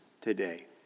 today